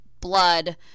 blood